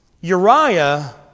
Uriah